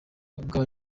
bw’aba